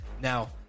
Now